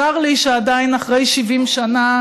צר לי שעדיין, אחרי 70 שנה,